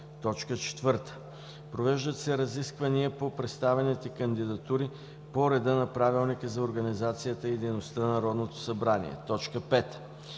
до 2 минути. 4. Провеждат се разисквания по представените кандидатури по реда на Правилника за организацията и дейността на Народното събрание. 5.